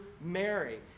Mary